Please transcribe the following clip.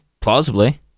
Plausibly